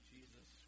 Jesus